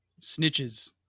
snitches